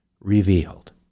revealed